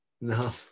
No